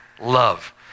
love